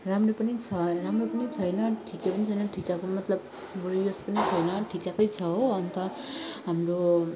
राम्रो पनि छ राम्रो पनि छैन ठिकै पनि छैन ठिकको मतलब वरियस पनि छैन ठिककै छ हो अन्त हाम्रो